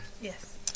Yes